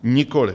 Nikoliv.